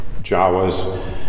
Jawas